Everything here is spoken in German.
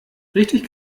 richtig